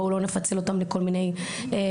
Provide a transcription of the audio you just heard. בואו לא נפצל אותם לכל מיני נושאים,